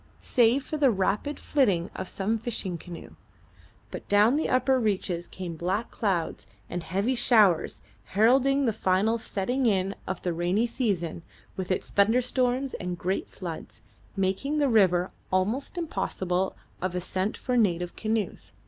save for the rapid flitting of some fishing canoe but down the upper reaches came black clouds and heavy showers heralding the final setting in of the rainy season with its thunderstorms and great floods making the river almost impossible of ascent for native canoes.